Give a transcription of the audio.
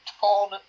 torn